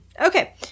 Okay